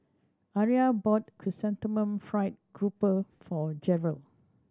Aria bought Chrysanthemum Fried Grouper for Jerel